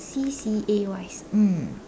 C_C_A wise um